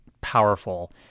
powerful